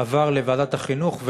עבר לוועדת החינוך,